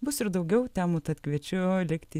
bus ir daugiau temų tad kviečiu likti